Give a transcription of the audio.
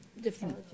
different